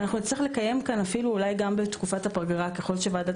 ואנחנו נצטרך לקיים כאן אפילו אולי גם בתקופת הפגרה ככל שוועדת